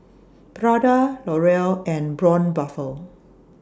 Prada L'Oreal and Braun Buffel